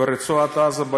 ברצועת עזה,